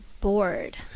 bored